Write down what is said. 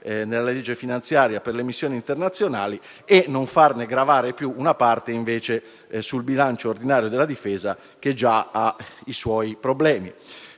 nella legge finanziaria per le missioni internazionali, e non farne gravare più una parte sul bilancio ordinario della Difesa, che già ha i suoi problemi.